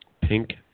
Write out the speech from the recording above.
Pink